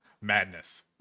madness